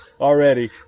already